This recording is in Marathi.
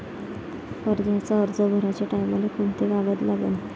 कर्जाचा अर्ज भराचे टायमाले कोंते कागद लागन?